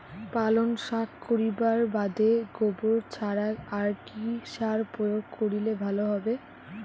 পালং শাক করিবার বাদে গোবর ছাড়া আর কি সার প্রয়োগ করিলে ভালো হবে?